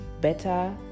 better